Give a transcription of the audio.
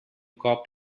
cop